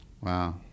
wow